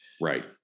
right